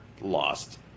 lost